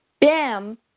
bam